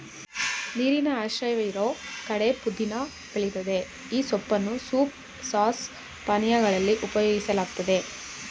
ನೀರಿನ ಆಶ್ರಯವಿರೋ ಕಡೆ ಪುದೀನ ಬೆಳಿತದೆ ಈ ಸೊಪ್ಪನ್ನು ಸೂಪ್ ಸಾಸ್ ಪಾನೀಯಗಳಲ್ಲಿ ಉಪಯೋಗಿಸಲಾಗ್ತದೆ